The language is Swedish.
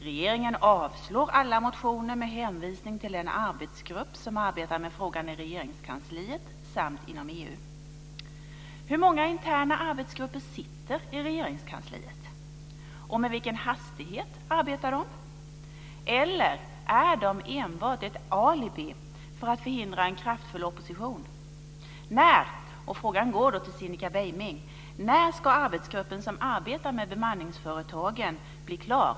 Regeringen avslår alla motioner med hänvisning till en arbetsgrupp som arbetar med frågan i Regeringskansliet samt inom EU. Hur många interna arbetsgrupper sitter i Regeringskansliet? Och med vilken hastighet arbetar de? Eller är de enbart ett alibi för att förhindra en kraftfull opposition? När - och frågan går till Cinnika Beiming - ska arbetsgruppen som arbetar med bemanningsföretagen bli klar?